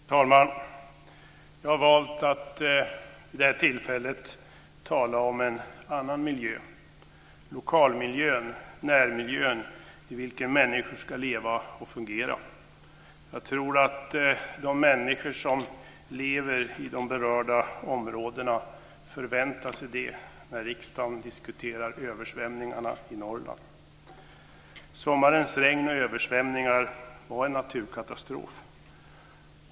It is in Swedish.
Fru talman! Jag har valt att vid det här tillfället tala om en annan miljö, nämligen lokalmiljön, närmiljön i vilken människor ska leva och fungera. Jag tror att de människor som lever i de berörda områdena förväntar sig det när riksdagen diskuterar översvämningarna i Norrland. Sommarens regn och översvämningar var en naturkatastrof.